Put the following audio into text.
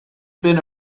been